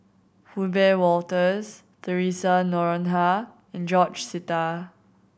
Wiebe Wolters Theresa Noronha and George Sita